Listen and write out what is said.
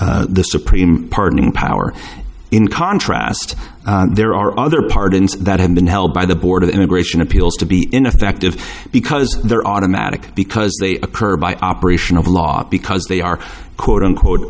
exercises the supreme pardoning power in contrast there are other pardons that have been held by the board of immigration appeals to be ineffective because they're automatic because they occur by operation of law because they are quote unquote